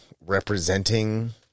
representing